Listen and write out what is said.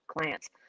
clients